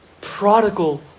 prodigal